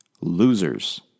Losers